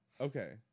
Okay